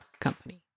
Company